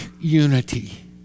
unity